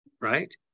right